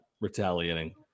retaliating